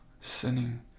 sinning